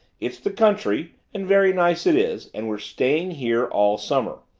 it's the country, and very nice it is, and we're staying here all summer.